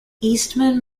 eastman